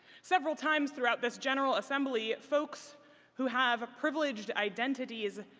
several times throughout this general assembly, folks who have privileged identities,